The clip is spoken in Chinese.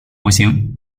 模型